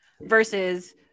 versus